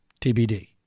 TBD